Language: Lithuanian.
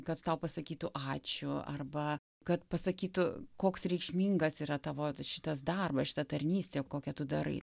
kad tau pasakytų ačiū arba kad pasakytų koks reikšmingas yra tavo šitas darbas šita tarnystė kokią tu darai